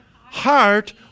heart